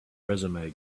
resume